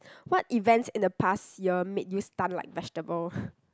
what events in the past year made you stunned like vegetable